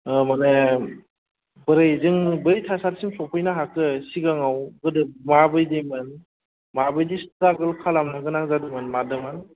माने बोरै जों बै थासारिसिम सफैनो हाखो सिगांआव गोदो मा बायदिमोन मा बायदि सिट्रागोल खालामनो गोनां जादोंमोन मादोमोन